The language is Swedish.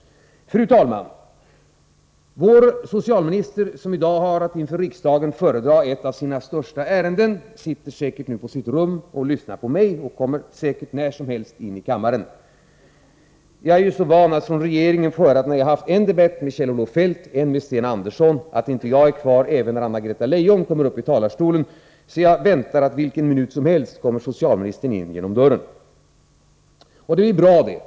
Fru talman! Vår socialminister, som i dag har att inför riksdagen föredra ett av sina största ärenden, sitter nu säkert på sitt rum och lyssnar till mig. Han kommer säkert när som helst in i kammaren. Jag är van att från regeringen få kritik för att jag, efter det att jag har haft en debatt med Kjell-Olof Feldt och en med Sten Andersson, inte är kvar även när Anna-Greta Leijon kommer upp i talarstolen. Jag väntar därför att socialministern vilken minut som helst kommer in genom dörren. Det blir bra.